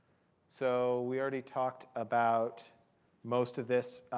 so we already talked about most of this.